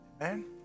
Amen